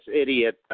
idiot